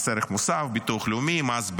מס ערך מוסף, ביטוח לאומי, מס בריאות,